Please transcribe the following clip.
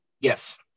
Yes